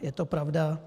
Je to pravda?